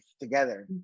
together